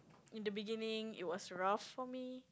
in the beginning it was rough for me